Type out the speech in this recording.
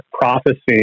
prophecy